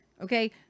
Okay